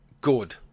good